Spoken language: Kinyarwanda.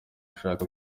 ashaka